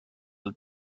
will